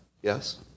Yes